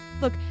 Look